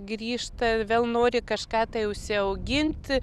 grįžta vėl nori kažką tai užsiaugint